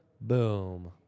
Boom